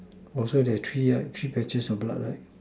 orh so there are three ah three patches of blood right